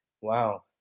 Wow